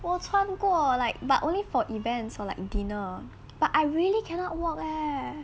我穿过 like but only for events or like dinner but I really cannot walk eh